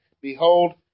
Behold